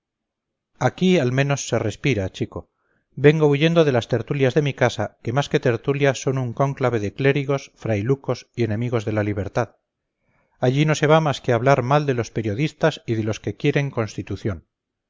aquí al menos se respira chico vengo huyendo de las tertulias de mi casa que más que tertulias son un cónclave de clérigos frailucos y enemigos de la libertad allí no se va más que a hablar mal de los periodistas y de los que quieren constitución